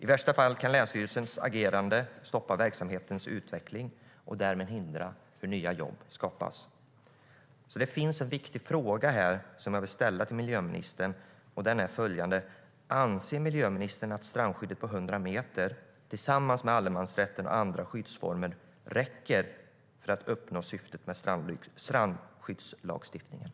I värsta fall kan länsstyrelsens agerande stoppa verksamhetens utveckling och därmed hindra nya jobb att skapas.